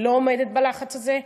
והיא לא עומדת בלחץ הזה,